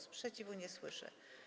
Sprzeciwu nie słyszę.